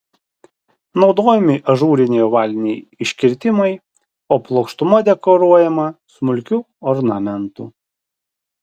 naudojami ažūriniai ovaliniai iškirtimai o plokštuma dekoruojama smulkiu ornamentu